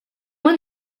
one